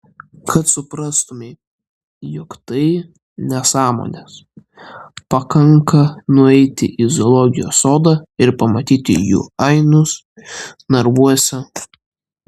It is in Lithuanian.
kad suprastumei jog tai nesąmonės pakanka nueiti į zoologijos sodą ir pamatyti jų ainius narvuose